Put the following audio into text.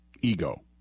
ego